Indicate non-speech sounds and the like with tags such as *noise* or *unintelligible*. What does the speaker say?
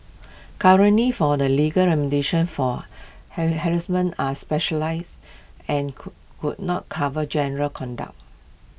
currently for the legal remediation for *unintelligible* harassment are specialise and could could not cover general conduct